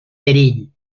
perill